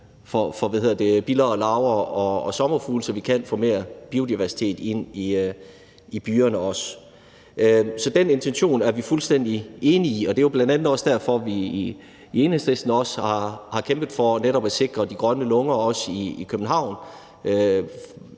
for biller og larver og sommerfugle, så vi kan få mere biodiversitet ind i også byerne. Så den intention er vi fuldstændig enige i. Det er jo bl.a. også derfor, at vi i Enhedslisten har kæmpet for netop at sikre de grønne lunger også i København